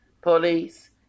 Police